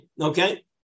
Okay